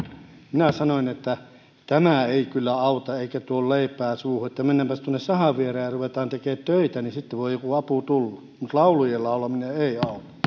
minä sanoin että tämä ei kyllä auta eikä tuo leipää suuhun että mennäänpäs tuonne sahan viereen ja ruvetaan tekemään töitä niin sitten voi joku apu tulla mutta laulujen laulaminen ei